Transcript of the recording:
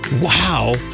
Wow